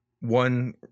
one